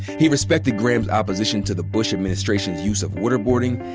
he respected graham's opposition to the bush administration's use of water boarding,